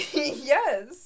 Yes